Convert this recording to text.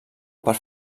per